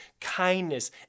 kindness